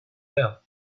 well